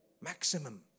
maximum